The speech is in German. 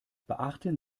beachten